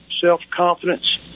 self-confidence